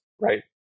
right